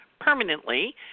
permanently